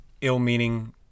ill-meaning